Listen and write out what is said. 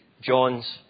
John's